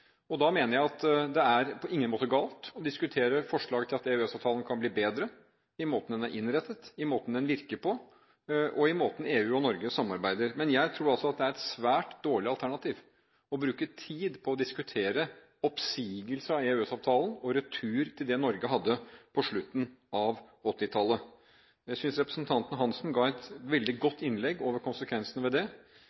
frisinnet. Da mener jeg at det på ingen måte er galt å diskutere forslag om at EØS-avtalen kan bli bedre i måten den er innrettet på, i måten den virker på og i måten EU og Norge samarbeider på. Men jeg tror det er et svært dårlig alternativ å bruke tid på å diskutere oppsigelse av EØS-avtalen og retur til det Norge hadde på slutten av 1980-tallet. Jeg synes representanten Svein Roald Hansen holdt et veldig